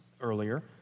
earlier